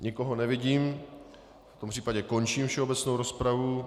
Nikoho nevidím, v tom případě končím všeobecnou rozpravu.